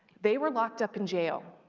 they were locked up in jail,